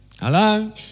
Hello